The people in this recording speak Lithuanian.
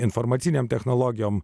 informacinėm technologijom